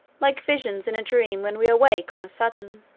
like visions in a dream when we awake on a sudden.